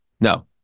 No